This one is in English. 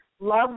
Love